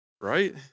Right